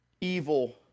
evil